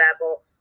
level